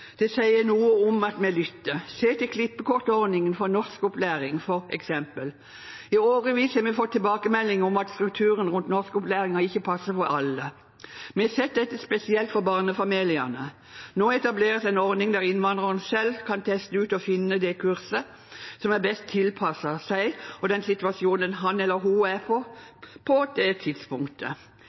Det sier noe om at vi lytter. Se til klippekortordningen for norskopplæring, f.eks. I årevis har vi fått tilbakemelding om at strukturen rundt norskopplæringen ikke passer for alle. Vi har sett dette spesielt for barnefamiliene. Nå etableres en ordning der innvandrerne selv kan teste ut og finne det kurset som er best tilpasset dem og den situasjonen de er i, på det tidspunktet.